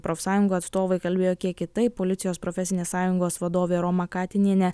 profsąjungų atstovai kalbėjo kiek kitaip policijos profesinės sąjungos vadovė roma katinienė